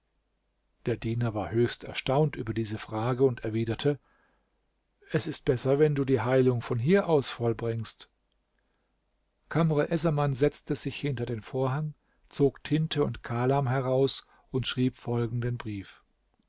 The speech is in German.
der diener war höchst erstaunt über diese frage und erwiderte es ist besser wenn du die heilung von hier aus vollbringst kamr essaman setzte sich hinter den vorhang zog tinte und kalam heraus und schrieb folgenden brief